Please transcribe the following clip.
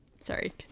sorry